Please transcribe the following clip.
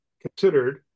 considered